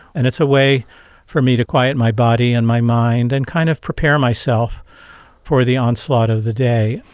and it's a way for me to quiet my body and my mind and kind of prepare myself for the onslaught of the day.